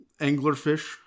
anglerfish